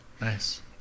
Nice